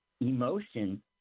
emotion